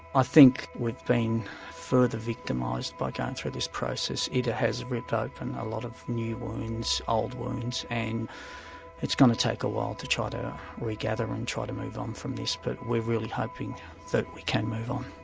i think we've been further victimised by going through this process. it has ripped ah open a lot of new wounds, old wounds and it's going to take a while to try to re-gather and try to move on um from this. but we're really hoping that we can move on.